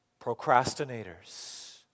procrastinators